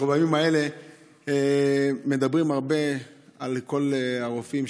אנחנו בימים האלה מדברים הרבה על כל הרופאים,